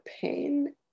pain